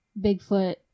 Bigfoot